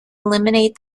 eliminate